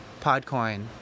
podcoin